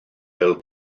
fel